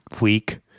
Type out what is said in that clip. week